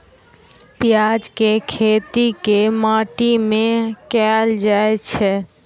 प्याज केँ खेती केँ माटि मे कैल जाएँ छैय?